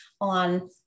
on